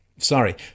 Sorry